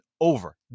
over